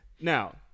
Now